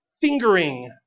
fingering